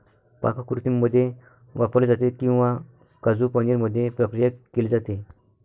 पाककृतींमध्ये वापरले जाते किंवा काजू पनीर मध्ये प्रक्रिया केली जाते